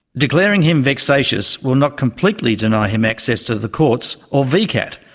declaring him vexatious will not completely deny him access to the courts or vcat,